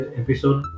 episode